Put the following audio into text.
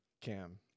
Cam